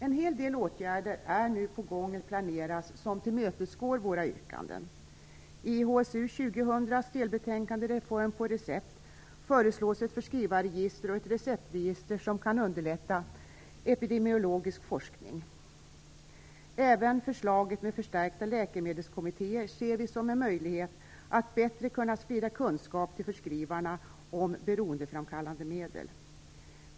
En hel del åtgärder är nu på gång eller planeras som tillmötesgår våra yrkanden. I HSU 2000:s delbetänkande Reform på recept föreslås ett förskrivarregister och ett receptregister, som kan underlätta epidemiologisk forskning. Även förslaget om förstärkta läkemedelskommittéer ser vi som en möjlighet att bättre kunna sprida kunskap till förskrivarna om beroendeframkallande medel.